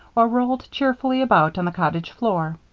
or rolled cheerfully about on the cottage floor.